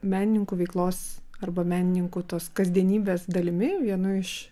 menininkų veiklos arba menininkų tos kasdienybės dalimi vienu iš